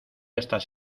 estas